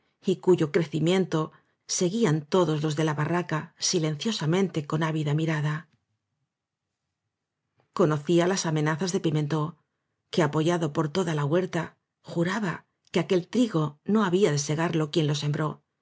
y cuyo crecimiento seguían todos los de la barraca silenciosamente con ávida mirada conocía las amenazas de imentó que apoyado por toda la huerta juraba que aquel trigo no había de segarlo quien lo sembró